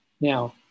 Now